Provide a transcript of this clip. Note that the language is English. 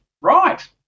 Right